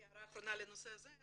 הערה אחרונה לנושא הזה.